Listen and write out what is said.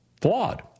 flawed